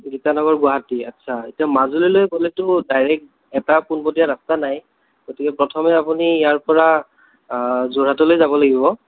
গীতানগৰ গুৱাহাটী আটচা এতিয়া মাজুলীলৈ গ'লেতো ডাইৰেক্ট এটা পোনপটীয়া ৰাস্তা নাই গতিকে প্ৰথমে আপুনি ইয়াৰ পৰা যোৰহাটলৈ যাব লাগিব